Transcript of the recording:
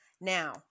Now